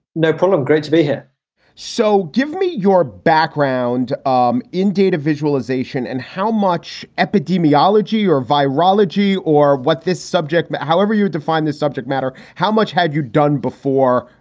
no problem. great to be here so give me your background um in data visualization and how much epidemiology or virology or what this subject matter, however you define this subject matter, how much had you done before?